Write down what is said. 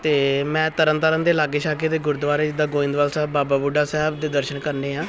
ਅਤੇ ਮੈਂ ਤਰਨ ਤਾਰਨ ਦੇ ਲਾਗੇ ਛਾਗੇ ਦੇ ਗੁਰਦੁਆਰੇ ਜਿੱਦਾਂ ਗੋਇੰਦਵਾਲ ਸਾਹਿਬ ਬਾਬਾ ਬੁੱਢਾ ਸਾਹਿਬ ਦੇ ਦਰਸ਼ਨ ਕਰਨੇ ਆ